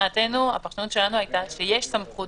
ושמבחינתנו הפרשנות היתה שיש סמכות